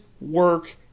work